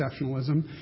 exceptionalism